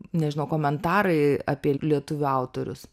nežino komentarai apie lietuvių autorius